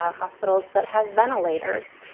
ah hospitals that have ventilators.